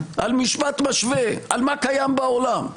על משפט משווה, מה קיים בעולם.